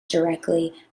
directly